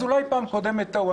אז אולי בפעם הקודמת טעו.